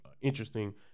interesting